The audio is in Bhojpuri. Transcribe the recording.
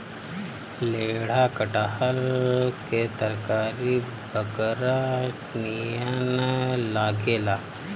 लेढ़ा कटहल के तरकारी बकरा नियन लागेला